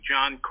John